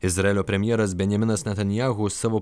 izraelio premjeras benjaminas netanyahu savo